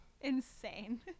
insane